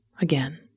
again